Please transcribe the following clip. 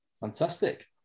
Fantastic